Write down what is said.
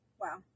Wow